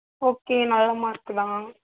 okay நல்ல mark தான்